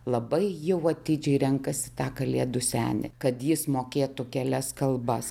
labai jau atidžiai renkasi tą kalėdų senį kad jis mokėtų kelias kalbas